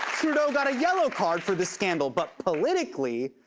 trudeau got a yellow card for the scandal, but politically,